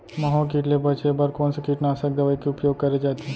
माहो किट ले बचे बर कोन से कीटनाशक दवई के उपयोग करे जाथे?